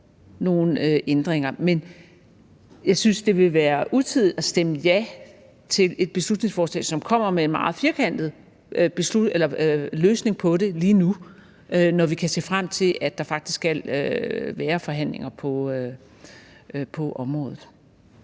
nogle ændringer. Men jeg synes, det ville være utidigt lige nu at stemme ja til et beslutningsforslag, som kommer med en meget firkantet løsning på det, når vi kan se frem til, at der faktisk skal være forhandlinger på området.